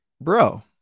bro